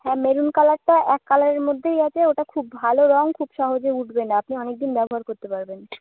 হ্যাঁ মেরুন কালারটা এক কালারের মধ্যেই আছে ওটা খুব ভালো রঙ খুব সহজে উঠবে না আপনি অনেক দিন ব্যবহার করতে পারবেন